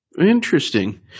Interesting